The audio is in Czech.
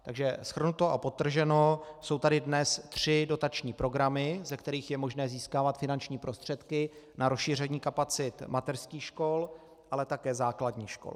Takže shrnuto a podtrženo, jsou tady dnes tři dotační programy, ze kterých je možné získávat finanční prostředky na rozšíření kapacit mateřských škol, ale také základních škol.